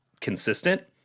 consistent